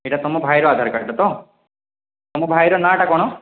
ଏଇଟା ତୁମ ଭାଇର ଆଧାର କାର୍ଡ଼୍ଟା ତ ତୁମ ଭାଇର ନାଁଟା କ'ଣ